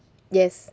yes